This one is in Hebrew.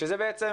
שזה בעצם